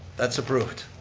that's approved.